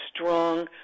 strong